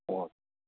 okay